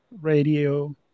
radio